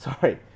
sorry